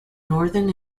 northern